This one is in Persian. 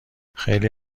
خیلی